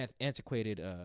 antiquated